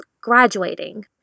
graduating